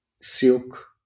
silk